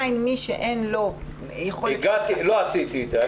לא עשיתי את זה.